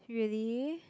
really